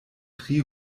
tri